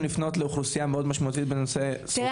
לפנות לאוכלוסייה בנושא שורדי השואה.